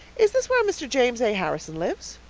is this where mr. james a. harrison lives?